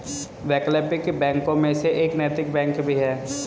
वैकल्पिक बैंकों में से एक नैतिक बैंक भी है